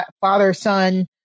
father-son